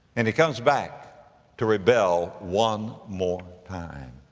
and he comes back to rebel one more time.